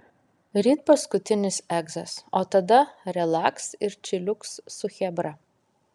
ryt paskutinis egzas o tada relaks ir čiliuks su chebra